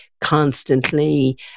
constantly